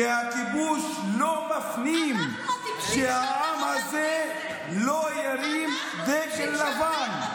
כי הכיבוש לא מפנים שהעם הזה לא ירים דגל לבן.